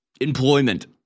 employment